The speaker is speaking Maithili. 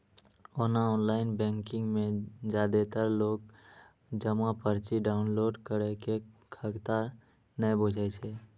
ओना ऑनलाइन बैंकिंग मे जादेतर लोक जमा पर्ची डॉउनलोड करै के खगता नै बुझै छै